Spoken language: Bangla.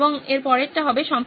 এর পরের টা হবে সম্পাদনা